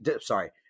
sorry